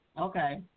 Okay